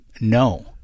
No